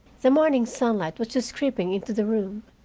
the morning sunlight was just creeping into the room,